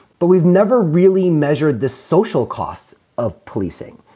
but we've never really measured the social costs of policing.